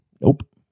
Nope